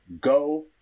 go